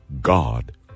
God